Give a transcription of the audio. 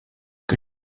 que